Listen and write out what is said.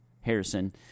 Harrison